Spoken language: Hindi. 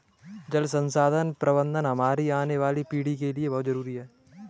जल संसाधन प्रबंधन हमारी आने वाली पीढ़ी के लिए बहुत जरूरी है